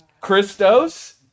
Christos